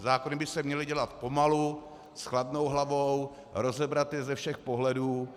Zákony by se měly dělat pomalu, s chladnou hlavou, rozebrat je ze všech pohledů.